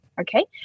okay